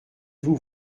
vous